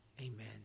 Amen